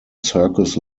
circus